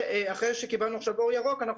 ואחרי שקיבלנו עכשיו אור ירוק אנחנו